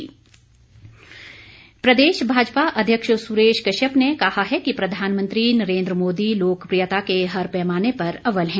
सुरेश कश्यप प्रदेश भाजपा अध्यक्ष सुरेश कश्यप ने कहा है कि प्रधानमंत्री नरेंद्र मोदी लोकप्रियता के हर पैमाने पर अव्वल हैं